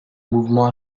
mouvement